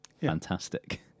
fantastic